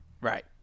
Right